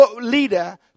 leader